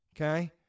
okay